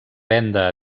venda